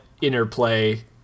interplay